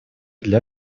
для